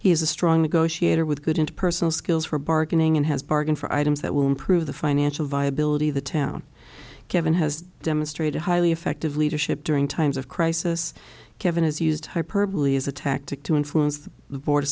is a strong negotiator with good interpersonal skills for bargaining and has bargain for items that will improve the financial viability of the town kevin has demonstrated highly effective leadership during times of crisis kevin has used hyperbole as a tactic to influence the board